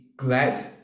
glad